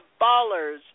Ballers